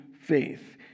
faith